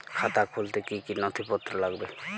খাতা খুলতে কি কি নথিপত্র লাগবে?